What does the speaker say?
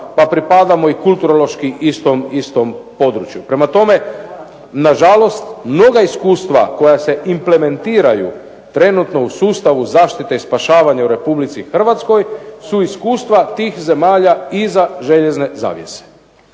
pa pripadamo i kulturološki istom području. Prema tome, nažalost mnoga iskustva koja se implementiraju trenutno u sustavu zaštite i spašavanja u RH su iskustva tih zemalja iza "željezne zavjese".